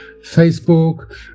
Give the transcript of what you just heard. Facebook